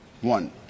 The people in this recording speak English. One